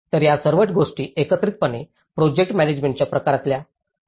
तर या सर्व गोष्टी एकत्रितपणे प्रोजेक्ट मॅनॅजमेण्टच्या प्रकारात टाकल्या